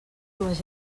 dues